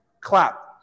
clap